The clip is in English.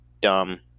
dumb